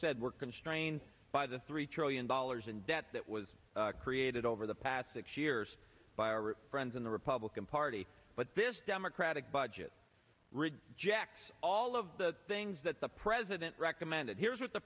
said we're constrained by the three trillion dollars in debt that was created over the past six years by our friends in the republican party but this democratic budget rejects all of the things that the president recommended here's what the